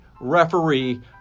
referee